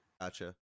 gotcha